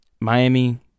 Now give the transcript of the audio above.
Miami